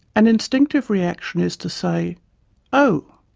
an instinctive reaction is to say oh,